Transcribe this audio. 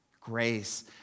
Grace